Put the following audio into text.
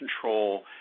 control